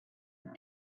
with